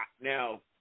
Now